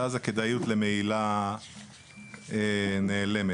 ואז הכדאיות למהילה נעלמת.